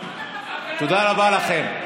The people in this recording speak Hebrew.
תודה רבה לכם.